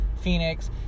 Phoenix